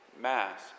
Mass